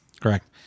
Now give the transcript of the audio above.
Correct